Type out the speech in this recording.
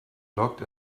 looked